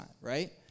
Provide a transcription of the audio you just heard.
right